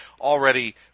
already